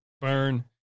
Burn